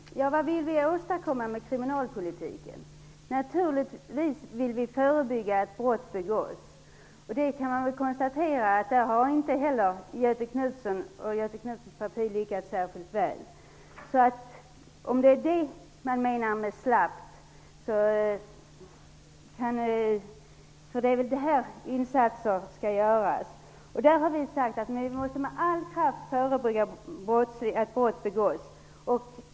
Herr talman! Vad vill vi åstadkomma med kriminalpolitiken? Naturligtvis vill vi förebygga brott. I det avseendet har inte heller Göthe Knutson och hans parti lyckats särskilt väl. Här måste insatser göras. Vi har förklarat att man med all kraft måste förebygga brott.